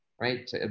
right